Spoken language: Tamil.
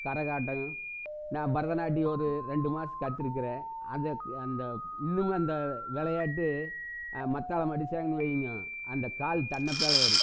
கரகாட்டம் நான் பரதநாட்டியம் ஒரு ரெண்டு மாதம் கற்றுருக்குறேன் அந்த அந்த இன்னும் அந்த விளையாட்டு மத்தாளம் அடிச்சாங்கன்னு வைங்க அந்த கால் தன்னப்போல் வரும்